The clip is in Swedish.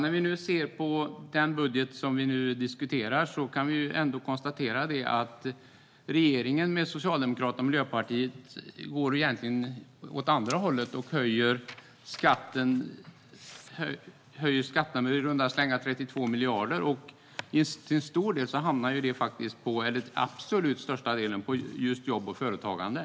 När vi ser på den budget vi nu diskuterar kan vi konstatera att regeringen med Socialdemokraterna och Miljöpartiet egentligen går åt andra hållet och höjer skatterna med i runda slängar 32 miljarder. Den absolut största delen hamnar på jobb och företagande.